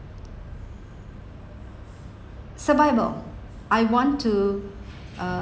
survival I want to uh